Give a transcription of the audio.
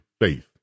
faith